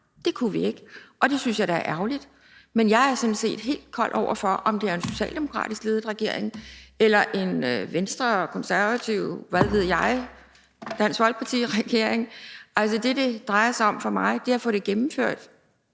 det kunne vi ikke, og det synes jeg da er ærgerligt, men jeg er sådan set helt kold over for, om det er en socialdemokratiskledet regering eller en regering ledet af Venstre, Konservative, Dansk Folkeparti, hvad ved jeg, for det, det drejer sig om for mig, er at få det gennemført,